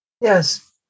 Yes